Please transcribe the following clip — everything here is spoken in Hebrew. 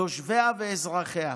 יושביה ואזרחיה".